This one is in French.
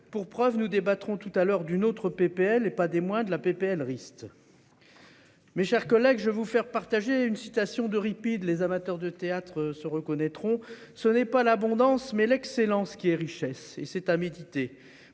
Pour preuve, nous débattrons tout à l'heure d'une autre PPL et pas des moindres. La PPL Rist. Mes chers collègues, je vous faire partager une citation d'Euripide. Les amateurs de théâtre se reconnaîtront. Ce n'est pas l'abondance. Mais l'excellence qui est richesse